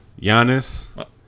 Giannis